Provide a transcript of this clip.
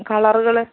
കളറുകൾ